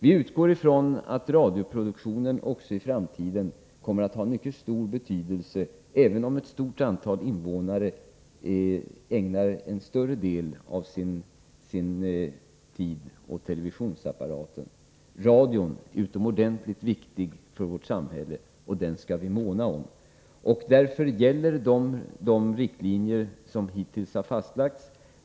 Vi utgår från att radioproduktionen också i framtiden kommer att ha mycket stor betydelse, även om många invånare ägnar en större del av sin tid åt televisionsapparaten. Radion är utomordentligt viktig för vårt samhälle, och den skall vi måna om. Därför gäller de riktlinjer som hittills har fastlagts.